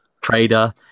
trader